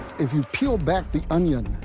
if you peel back the onion,